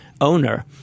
owner